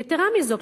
יתירה מזאת,